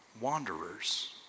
wanderers